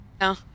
No